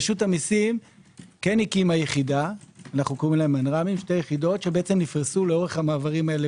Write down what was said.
רשות המיסים הקימה שתי יחידות שנפרסו לאורך המעברים האלה